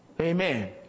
Amen